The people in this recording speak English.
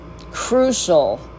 Crucial